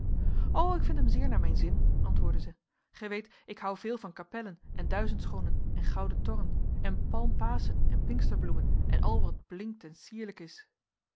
o ik vind hem zeer naar mijn zin antwoordde zij gij weet ik hou veel van kapellen en duizendschoonen en gouden torren en palmpaschenen pinksterbloemen en al wat blinkt en sierlijk is